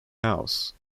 house